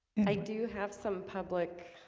i do have some public